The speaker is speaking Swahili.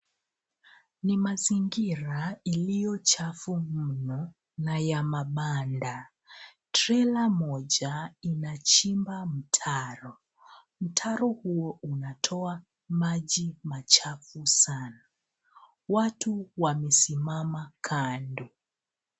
Ni mazingira iliyo chafu mno na ya mabanda. Trela moja inachimba mtaro. Mtaro huo unatoa maji machafu sana. Watu wamesimama kando.